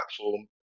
platform